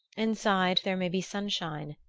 inside there may be sunshine,